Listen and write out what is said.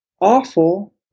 awful